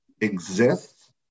exists